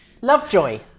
Lovejoy